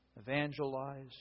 evangelize